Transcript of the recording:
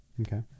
okay